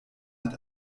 mit